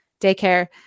daycare